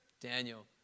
Daniel